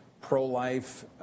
pro-life